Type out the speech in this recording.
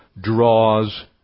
draws